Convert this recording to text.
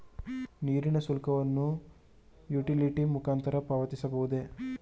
ನೀರಿನ ಶುಲ್ಕವನ್ನು ಯುಟಿಲಿಟಿ ಮುಖಾಂತರ ಪಾವತಿಸಬಹುದೇ?